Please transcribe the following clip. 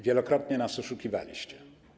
Wielokrotnie nas oszukiwaliście.